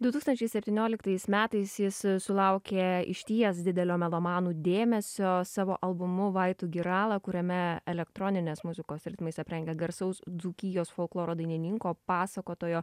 du tūkstančiai septynioliktais metais jis sulaukė išties didelio melomanų dėmesio savo albumu vai tu girala kuriame elektroninės muzikos ritmais aprengia garsaus dzūkijos folkloro dainininko pasakotojo